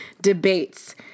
debates